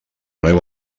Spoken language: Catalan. meu